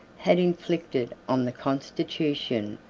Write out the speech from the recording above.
had inflicted on the constitution,